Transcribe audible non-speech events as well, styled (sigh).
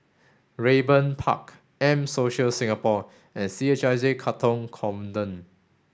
Raeburn Park M Social Singapore and C H I J Katong (unintelligible)